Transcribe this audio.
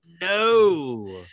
No